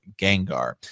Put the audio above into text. Gengar